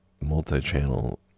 multi-channel